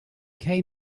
came